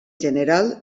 general